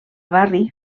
barri